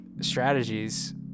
strategies